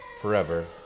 forever